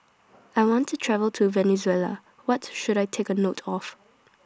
I want to travel to Venezuela What should I Take note of